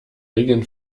regeln